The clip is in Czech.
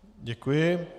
Děkuji.